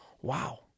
Wow